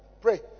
Pray